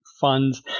funds